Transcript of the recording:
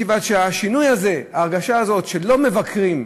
מכיוון שהשינוי הזה, ההרגשה הזאת שלא מבקרים,